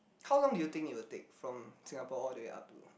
how long do you think it will take from Singapore all the way up to